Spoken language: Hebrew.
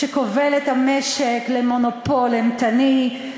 שכובל את המשק למונופול אימתני,